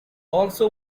also